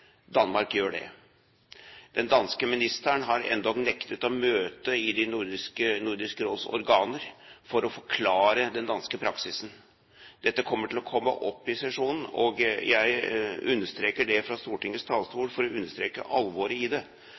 Danmark gjør det. Den danske ministeren har endog nektet å møte i Nordisk Råds organer for å forklare den danske praksisen. Dette kommer til å komme opp i sesjonen, og jeg sier det fra Stortingets talerstol for å understreke alvoret i det.